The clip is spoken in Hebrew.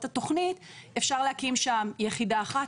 אותה ממשלה שעברה מן העולם,